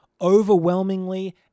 overwhelmingly